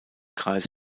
kreis